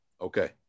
Okay